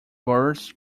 birds